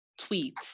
tweets